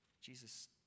Jesus